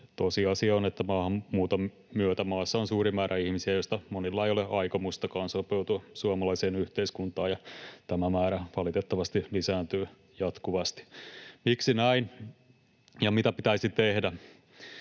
tosiasia on, että maahanmuuton myötä maassa on suuri määrä ihmisiä, joista monilla ei ole aikomustakaan sopeutua suomalaiseen yhteiskuntaan, ja tämä määrä valitettavasti lisääntyy jatkuvasti. Miksi näin, ja mitä pitäisi tehdä?